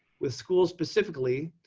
with schools specifically,